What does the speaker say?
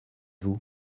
vous